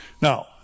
Now